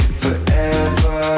forever